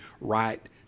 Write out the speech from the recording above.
right